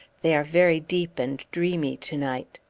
they are very deep and dreamy to-night.